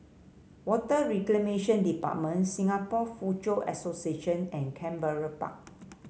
Water Reclamation Department Singapore Foochow Association and Canberra Park